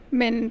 men